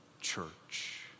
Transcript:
church